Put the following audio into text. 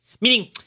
Meaning –